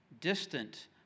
distant